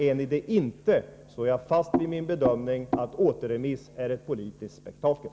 Är ni det inte står jag fast vid min bedömning att återremiss är ett politiskt spektakel.